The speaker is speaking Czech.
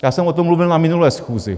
Já jsem o tom mluvil na minulé schůzi.